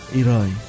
irai